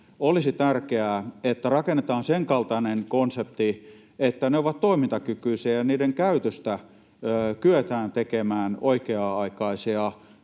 olisi tärkeää, että rakennetaan senkaltainen konsepti, että ne ovat toimintakykyisiä ja niiden käytöstä kyetään tekemään oikea-aikaisia